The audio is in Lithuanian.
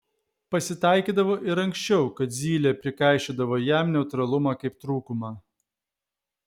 pasitaikydavo ir anksčiau kad zylė prikaišiodavo jam neutralumą kaip trūkumą